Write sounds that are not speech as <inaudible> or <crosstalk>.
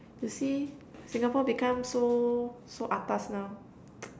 you see Singapore become so so atas now <noise>